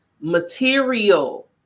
material